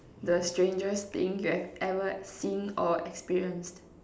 the strangest thing you have ever seen or experienced